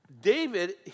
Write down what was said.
David